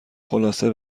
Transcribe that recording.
خلاصه